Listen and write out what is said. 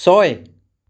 ছয়